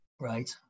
Right